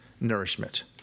nourishment